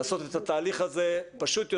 לעשות את התהליך הזה פשוט יותר,